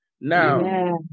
Now